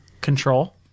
Control